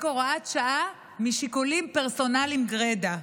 הוראת שעה משיקולים פרסונליים גרידא.